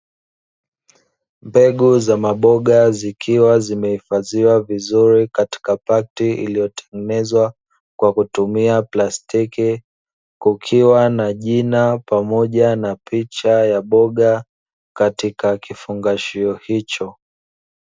Mbegu za maboga zikiwa zimehifadhiwa vizuri, katika pakiti iliyotengenezwa kwa kutumia plastiki, kukiwa na jina pamoja na picha ya boga, katika kifungashio hicho.